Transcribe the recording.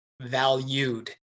valued